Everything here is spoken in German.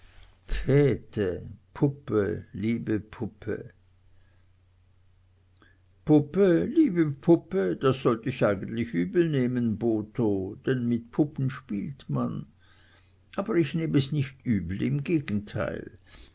puppe liebe puppe puppe liebe puppe das sollt ich eigentlich übelnehmen botho denn mit puppen spielt man aber ich nehm es nicht übel im gegenteil